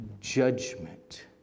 judgment